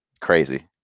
Crazy